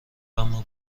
اما